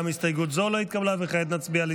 גם הסתייגות לא התקבלה.